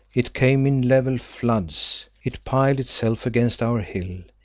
it came in level floods. it piled itself against our hill,